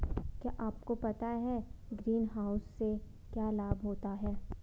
क्या आपको पता है ग्रीनहाउस से क्या लाभ होता है?